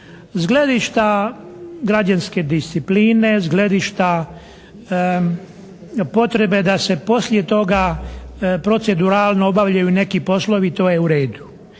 gledišta građanske discipline, iz gledišta potrebe da se poslije toga proceduralno obavljaju i neki poslovi to je u redu.